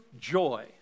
joy